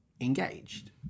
engaged